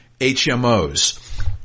HMOs